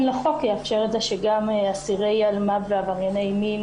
לחוק יאפשר את זה שגם אסירי אלימות ועברייני מין